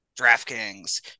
DraftKings